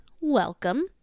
welcome